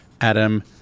Adam